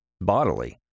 bodily